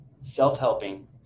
self-helping